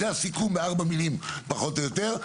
זה הסיכום בארבע מילים, פחות או יותר.